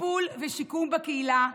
טיפול ושיקום בקהילה,